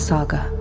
Saga